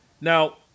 Now